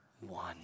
one